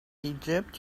egypt